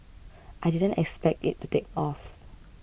I didn't expect it to take off